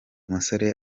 musore